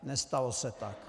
Nestalo se tak.